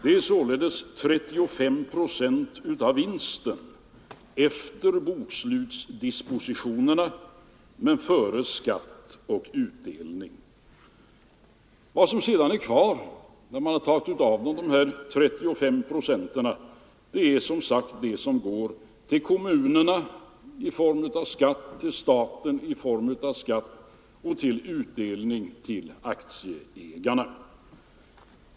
Det är således 35 procent utav vinsten efter bokslutsdispositionerna men före skatt och utdelning. Vad som sedan är kvar när man tagit av dem de här 35 procenten är, som sagt, det som går till kommunerna och till staten i form av skatt och till utdelning till aktieägarna.